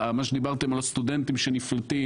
מה שדיברתם על הסטודנטים שנפלטים,